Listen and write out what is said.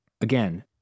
again